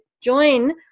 join